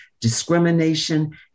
discrimination